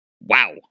Wow